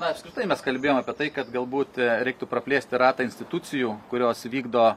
na apskritai mes kalbėjom apie tai kad galbūt reiktų praplėsti ratą institucijų kurios vykdo